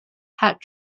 hat